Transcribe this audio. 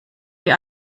wie